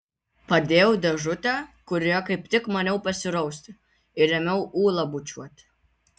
padėjau dėžutę kurioje kaip tik maniau pasirausti ir ėmiau ulą bučiuoti